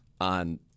on